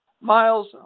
Miles